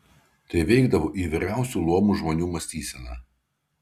tai veikdavo įvairiausių luomų žmonių mąstyseną